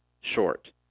short